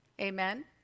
Amen